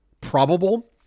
probable